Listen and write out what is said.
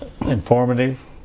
informative